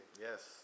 yes